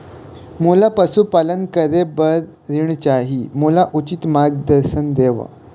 मोला पशुपालन करे बर ऋण चाही, मोला उचित मार्गदर्शन देव?